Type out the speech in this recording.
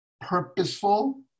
purposeful